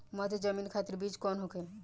मध्य जमीन खातिर बीज कौन होखे?